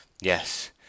Yes